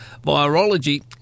virology